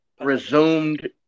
resumed